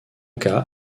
cas